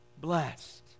blessed